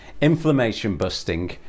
inflammation-busting